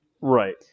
Right